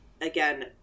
again